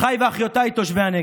אחיי ואחיותיי תושבי הנגב,